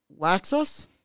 Laxus